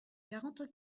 quarante